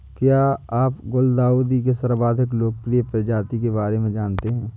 क्या आप गुलदाउदी के सर्वाधिक लोकप्रिय प्रजाति के बारे में जानते हैं?